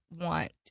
want